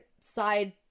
side